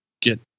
get